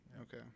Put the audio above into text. okay